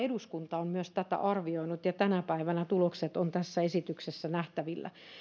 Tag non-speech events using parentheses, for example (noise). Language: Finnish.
(unintelligible) eduskunta nimenomaan myös arvioinut ja tänä päivänä tulokset ovat tässä esityksessä nähtävillä